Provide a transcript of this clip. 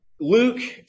Luke